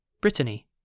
Brittany